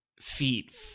feet